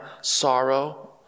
sorrow